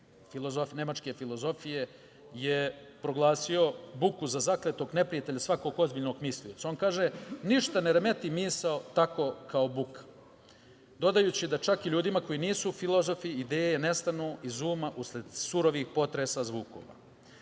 nemačke filozofije proglasio buku za zakletog neprijatelja svakog ozbiljnog mislioca. On kaže: „Ništa ne remeti misao tako kao buka.“ Dodajući da čak i ljudima koji nisu filozofi ideje nestanu iz uma usled surovih potresa zvukova. Opet